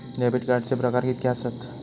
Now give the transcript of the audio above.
Debit कार्डचे प्रकार कीतके आसत?